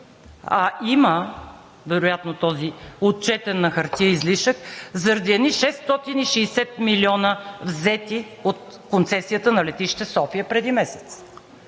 А има, вероятно този, отчетен на хартия излишък заради едни 660 милиона, взети от концесията на летище София преди месец!